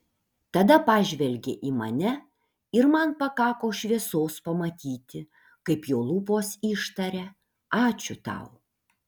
tada pažvelgė į mane ir man pakako šviesos pamatyti kaip jo lūpos ištaria ačiū tau